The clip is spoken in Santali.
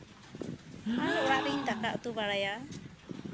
ᱟᱨ ᱚᱲᱟᱜ ᱨᱤᱧ ᱫᱟᱠᱟ ᱩᱛᱩ ᱵᱟᱲᱟᱭᱟ